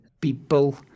people